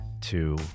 two